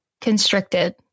Constricted